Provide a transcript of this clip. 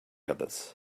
others